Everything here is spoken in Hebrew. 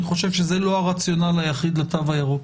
אני חושב שזה לא הרציונל היחיד לתו הירוק.